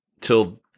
till